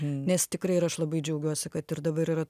nes tikrai ir aš labai džiaugiuosi kad ir dabar yra